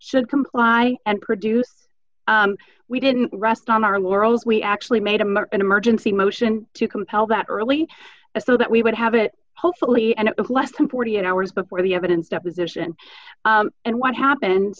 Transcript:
should comply and produce we didn't rest on our laurels we actually made him an emergency motion to compel that early so that we would have it hopefully and less than forty eight hours before the evident deposition and what happened